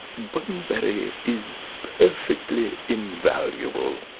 bunbury is perfectly invaluable.